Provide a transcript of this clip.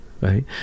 Right